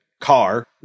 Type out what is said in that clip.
car